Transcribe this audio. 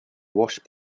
wash